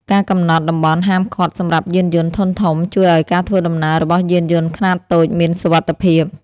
ការកំណត់តំបន់ហាមឃាត់សម្រាប់យានយន្តធុនធំជួយឱ្យការធ្វើដំណើររបស់យានយន្តខ្នាតតូចមានសុវត្ថិភាព។